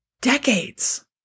Decades